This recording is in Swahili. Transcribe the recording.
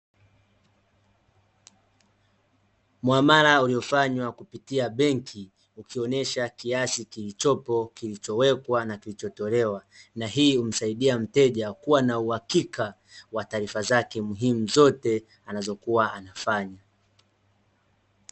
Muamala uliofanywa kupitia benki ukionesha kiasi kilichopo, kilichowekwa na kilichotolewa; na hii humsaidia mteja kuwa na uhakika wa taarifa zake muhimu zote anazokuwa anafanya.